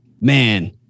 man